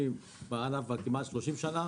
אני בענף כבר כמעט 30 שנה,